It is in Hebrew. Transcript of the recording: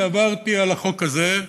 ועברתי על החוק הזה,